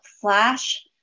flash